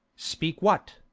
speak what?